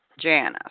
Janice